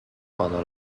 pendant